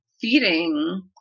feeding